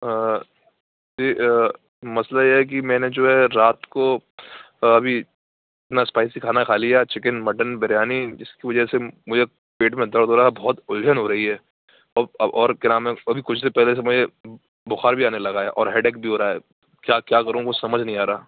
آ جی مسئلہ یہ ہے کہ میں نے جو ہے رات کو ابھی اتنا اسپائسی کھانا کھا لیا چکن مٹن بریانی جس کی وجہ سے مجھے پیٹ میں درد ہو رہا بہت اُلجھن ہو رہی ہے اب اب اور کیا نام ہے ابھی کچھ دیر پہلے سے مجھے بُخار بھی آنے لگا ہے اور ہیڈ ایک بھی ہو رہا ہے کیا کیا کروں کچھ سمجھ نہیں آ رہا